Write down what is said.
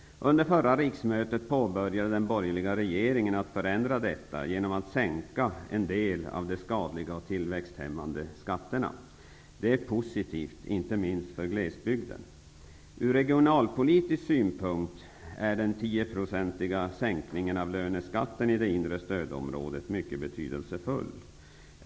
Under förra riksmötet började den borgerliga regeringen förändra detta, genom att sänka en del av de skadliga och tillväxthämmande skatterna. Det är positivt, inte minst för glesbygden. Ur regionalpolitisk synpunkt är den 10-procentiga sänkningen av löneskatten i det inre stödområdet mycket betydelsefull.